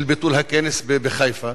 של ביטול הכנס בחיפה,